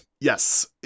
Yes